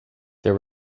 there